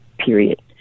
period